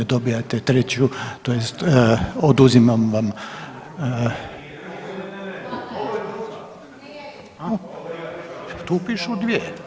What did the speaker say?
Dobivate treću tj. oduzimam vam …… [[Upadica se ne razumije.]] Tu pišu dvije.